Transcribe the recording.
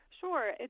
Sure